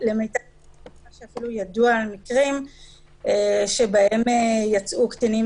ולדעתי לא ידוע על מקרים שבהם יצאו קטינים